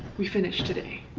we finished today.